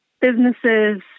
businesses